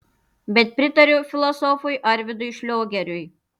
bet pritariu filosofui arvydui šliogeriui